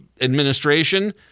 administration